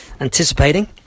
anticipating